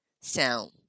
sound